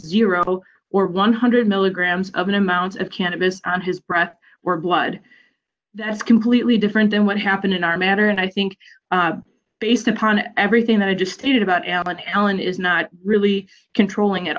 zero or one hundred milligrams of an amount of cannabis on his breath or blood that's completely different than what happened in our matter and i think based upon everything that i just did about alan alan is not really controlling